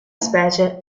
specie